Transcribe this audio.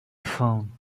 phone